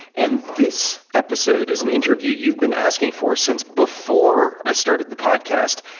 and this episode is an interview you've been asking for since before i started the podcast,